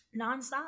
nonstop